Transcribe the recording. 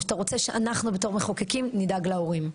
או שאתה רוצה שאנחנו בתור מחוקקים נדאג להורים?